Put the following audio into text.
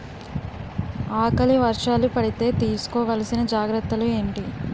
ఆకలి వర్షాలు పడితే తీస్కో వలసిన జాగ్రత్తలు ఏంటి?